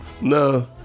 No